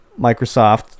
Microsoft